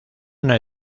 una